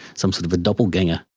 some sort of a doppelganger.